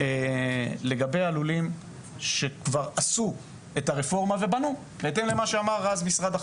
לגבי הלולים שכבר עשו את הרפורמה ובנו בהתאם למה שאמר משרד החקלאות,